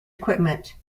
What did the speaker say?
equipment